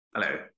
Hello